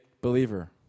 believer